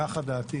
נחה דעתי